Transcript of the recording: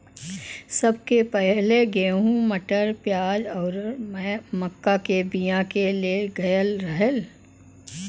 सबसे पहिले गेंहू, मटर, प्याज आउर मक्का के बिया के ले गयल रहल